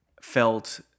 felt